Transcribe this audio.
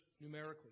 numerically